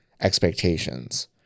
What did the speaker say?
expectations